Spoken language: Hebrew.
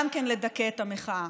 גם לדכא את המחאה.